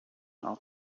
off